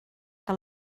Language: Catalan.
que